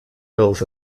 hills